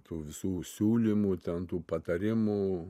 tų visų siūlymų ten tų patarimų